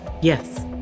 yes